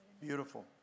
Beautiful